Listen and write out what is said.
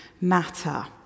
matter